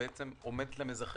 שיהיה להם זמנם,